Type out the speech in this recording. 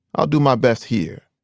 i'll do my best here.